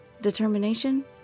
Determination